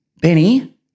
Benny